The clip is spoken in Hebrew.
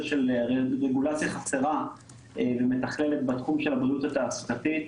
של רגולציה חסרה ומתכללת בתחום של הבריאות התעסוקתית,